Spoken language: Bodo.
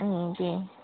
दे